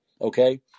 okay